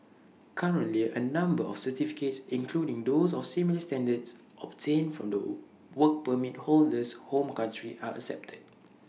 currently A number of certificates including those of similar standards obtained from the Work Permit holder's home country are accepted